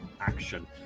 action